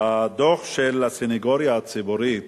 הדוח של הסניגוריה הציבורית